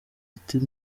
ati